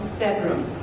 bedroom